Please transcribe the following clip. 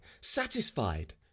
satisfied